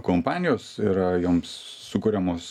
kompanijos yra joms sukuriamos